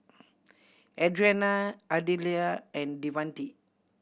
Adriana Ardella and Devante